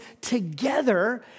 together